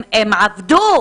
הם עבדו,